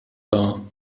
dar